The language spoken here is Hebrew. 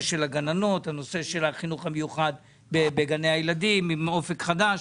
בנושא של הגננות ובנושא של החינוך המיוחד בגני הילדים עם אופק חדש.